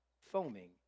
foaming